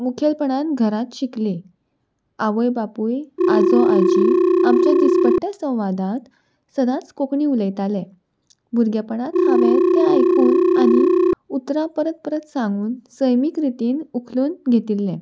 मुखेलपणान घरांत शिकली आवय बापूय आजो आजी आमच्या दिसपट्ट्या संवादांत सदांच कोंकणी उलयताले भुरगेपणांत हांवें तें आयकून आनी उतरां परत परत सांगून सैमीक रितीन उखलून घेतिल्लें